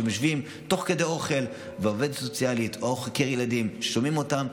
שהם יושבים תוך כדי אוכל והעובדת הסוציאלית או חוקר הילדים שומעים אותם,